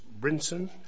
Brinson